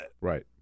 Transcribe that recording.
Right